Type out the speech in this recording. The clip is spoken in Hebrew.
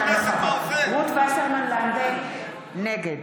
פז, נגד